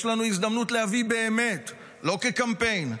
יש לנו הזדמנות להביא באמת, לא כקמפיין,